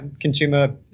consumer